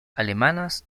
alemanas